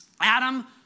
Adam